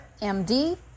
MD